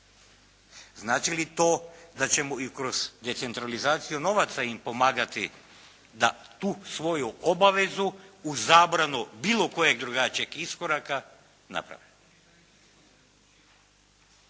Znači li to da ćemo i kroz decentralizaciju novaca im pomagati da tu svoju obavezu u zabranu bilo kojeg drugačijeg iskoraka naprave?